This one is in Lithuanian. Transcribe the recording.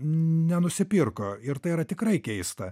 nenusipirko ir tai yra tikrai keista